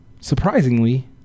Surprisingly